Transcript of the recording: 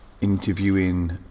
interviewing